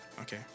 Okay